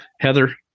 Heather